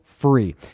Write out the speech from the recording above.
free